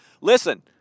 Listen